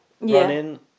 running